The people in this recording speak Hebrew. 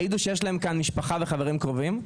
העידו שיש להם כאן משפחה וחברים קרובים.